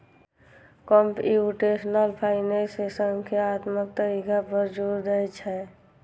computational finance संख्यात्मक तरीका पर जोर दै छै